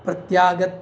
प्रत्याग